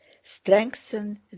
strengthen